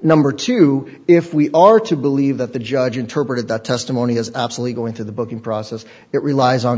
number two if we are to believe that the judge interpreted that testimony as obsolete go into the booking process it relies on